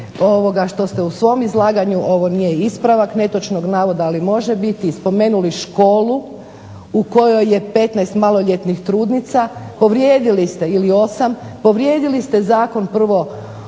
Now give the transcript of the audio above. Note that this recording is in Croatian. mi je što ste u svom izlaganju ovo nije ispravak netočnog navoda, ali može biti, spomenuli školu u kojoj je 15 maloljetnih trudnica. Povrijedili ste ili 8, povrijedili ste zakon prvo